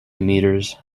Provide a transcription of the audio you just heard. meters